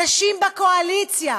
אנשים בקואליציה,